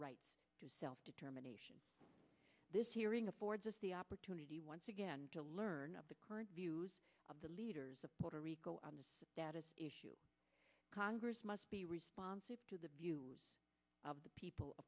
right to self determination this hearing affords us the opportunity once again to learn of the current views of the leaders of puerto rico on this issue congress must be responsive to the view of the people